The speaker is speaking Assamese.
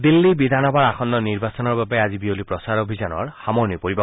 দিল্লী বিধানসভাৰ আসন্ন নিৰ্বাচনৰ বাবে আজি বিয়লি প্ৰচাৰ অভিযানৰ সামৰণি পৰিব